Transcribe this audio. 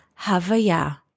Havaya